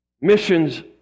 Missions